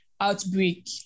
outbreak